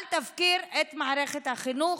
אל תפקיר את מערכת החינוך,